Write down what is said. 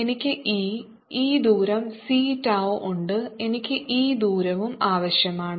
എനിക്ക് E ഈ ദൂരം c tau ഉണ്ട് എനിക്ക് ഈ ദൂരവും ആവശ്യമാണ്